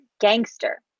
GANGSTER